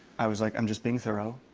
i was like, i'm just being thorough.